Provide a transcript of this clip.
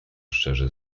szczerze